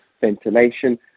ventilation